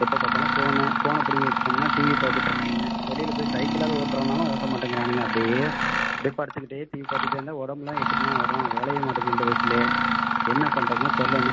எப்போ பாத்தாலும் ஃபோன் ஃபோன பிடுங்கி வச்சுட்டோம்னா டிவியை பார்த்துட்டுருக்கானுங்க வெளியில போய் சைக்கிளாவது ஓட்டுறானாலும் ஓட்ட மாட்டேங்கிறானுங்க அப்படியே அப்படியே படுத்துகிட்டே டிவி பாத்துகிட்டே இருந்தால் உடம்புலாம் எப்படிண்ணே வரும் வளைய மாட்டுது இந்த வயசுலே என்ன பண்ணுறதுனே தெரியல அண்ணன்